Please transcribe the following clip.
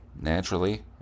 naturally